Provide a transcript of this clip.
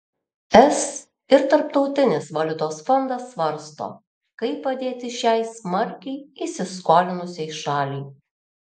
es ir tarptautinis valiutos fondas svarsto kaip padėti šiai smarkiai įsiskolinusiai šaliai